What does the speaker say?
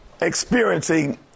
experiencing